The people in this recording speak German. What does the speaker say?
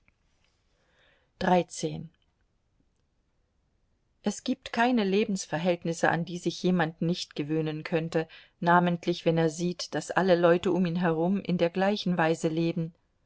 es gibt keine lebensverhältnisse an die sich jemand nicht gewöhnen könnte namentlich wenn er sieht daß alle leute um ihn herum in der gleichen weise leben